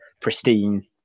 pristine